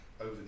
over